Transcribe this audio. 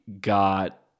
got